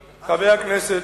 יש הצעת אי-אמון נוספת.